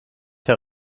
herr